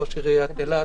ראש עיריית אילת,